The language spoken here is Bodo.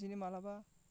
इदिनो माब्लाबा